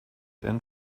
and